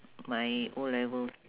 my O-levels